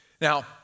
Now